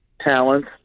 talents